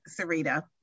Sarita